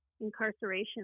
incarceration